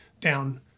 down